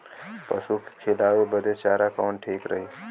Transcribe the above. पशु के खिलावे बदे चारा कवन ठीक रही?